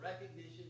recognition